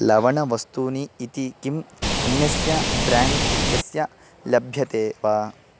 लवणवस्तूनि इति किम् अन्यस्य ब्राण्ड् इत्यस्य लभ्यते वा